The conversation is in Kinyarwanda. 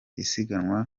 isiganwa